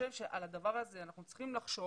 חושב שעל הדבר הזה אנחנו צריכים לחשוב